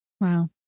Wow